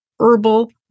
herbal